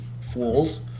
fools